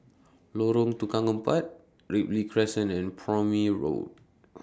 Lorong Tukang Empat Ripley Crescent and Prome Road